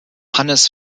hannes